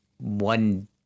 one